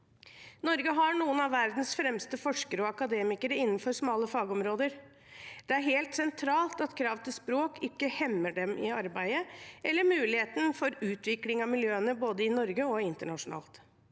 Norge har noen av verdens fremste forskere og akademikere innenfor smale fagområder. Det er helt sentralt at krav til språk ikke hemmer dem i arbeidet eller muligheten for utvikling av miljøene både i Norge og internasjonalt.